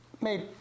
made